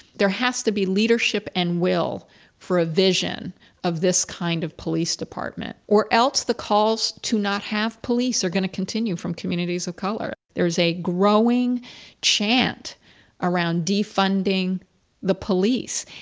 there has to be leadership and will for a vision of this kind of police department, or else the calls to not have police are going to continue from communities of color. there's a growing chant around defunding the police.